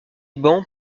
bancs